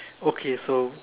okay so